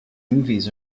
movies